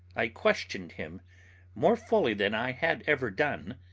i questioned him more fully than i had ever done,